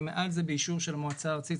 ומעל זה באישור של המועצה הארצית,